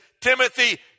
Timothy